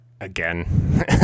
again